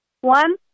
one